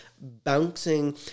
bouncing